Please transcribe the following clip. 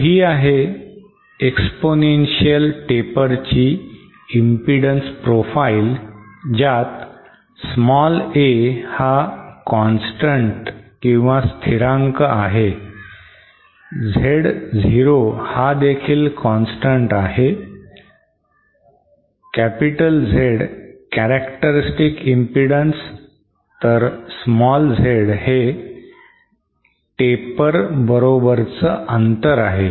तर ही आहे एक्स्पोनेन्शिअल taper ची इम्पीडन्स प्रोफाईल ज्यात a हा constant आहे Z 0 हा देखील constant आहे Z capital कॅरॅक्टरिस्टिक इम्पीडन्स तर small Z हे taper बरोबरच अंतर आहे